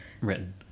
written